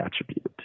attribute